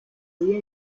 día